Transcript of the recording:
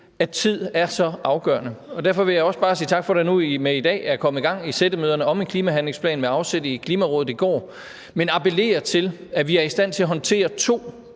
at tid er så afgørende. Derfor vil jeg også bare sige tak for, at der fra og med i dag er kommet gang i sættemøderne om en klimahandlingsplan med afsæt i Klimarådets rapport fra i går, men appellere til, at vi er i stand til at håndtere to